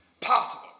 Possible